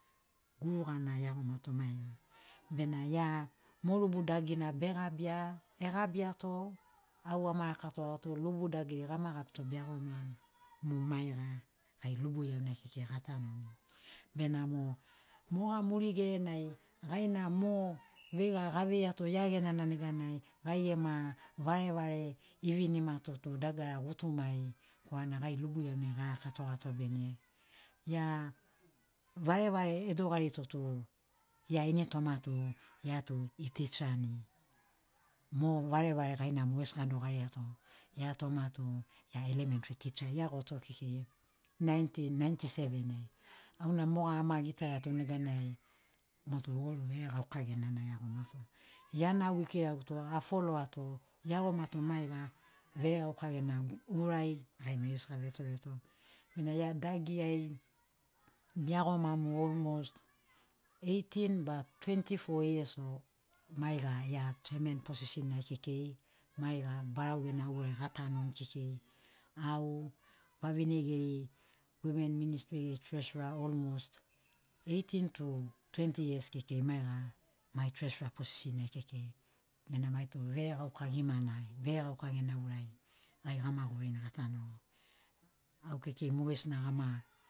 Gurugana eagomato maiga bena gia mo rubu dagina begabia egabiato au ama rakatogato lubu dagiri gama gabito beagoma mu maiga gai lubu iaunai kekei gatanuni benamo moga murigerenai gaina mo veiga gavei iato gia genana neganai gai gema varevare evinimato tu dagara gutumai korana gai lubu iaunai garakatogato bene gia varevare edogarito tu gia ini toma tu gia tu e tichani mo varevare gaina mogesina adogariato gia toma tu gia elementri ticha eagoto kekei 1997 ai auna moga amagitaiato neganai motu mo veregauka genana eagomato giana au ekiraguto afoloa to eagomato maiga veregauka gena urai gai maigesi avetoreto bena gia dagi ai beagoma mu olmost 18 ba 24 yas o maiga gia chemen posishin na kekei maiga barau gena urai gatanuni kekei au vavine geri wimen ministri geri treshra olmost 18 tu 20 yas kekei maiga mai treshra posishin nai kekei bena maitu veregauka gimanai veregauka gena urai gai gamagurini gatanuni au kekei mogesina ama.